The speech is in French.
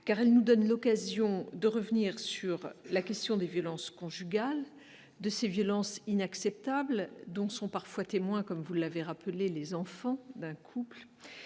car elle nous donne l'occasion de revenir sur la question des violences conjugales de ces violences inacceptables dont sont parfois témoins comme vous l'avez rappelé les enfants d'un coût